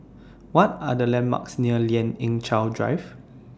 What Are The landmarks near Lien Ying Chow Drive